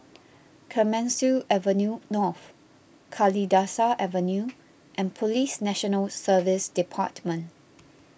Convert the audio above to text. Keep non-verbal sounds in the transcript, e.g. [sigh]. Clemenceau Avenue North Kalidasa Avenue [noise] and Police National Service [noise] Department